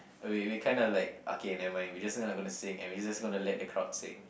we we kind of like okay nevermind we just not going to sing and we just going to let the crowd sing